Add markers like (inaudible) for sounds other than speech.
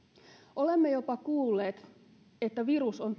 olemme kuulleet jopa että virus on (unintelligible)